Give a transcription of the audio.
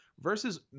versus